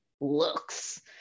looks